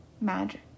magic